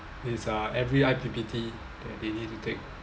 it's uh every I_P_P_T that they need to take